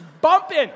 bumping